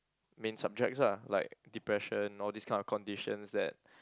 main subjects ah like depression all these kind of conditions that